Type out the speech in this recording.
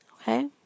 okay